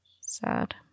Sad